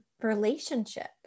relationship